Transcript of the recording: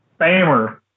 Bammer